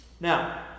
Now